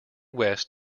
west